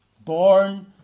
born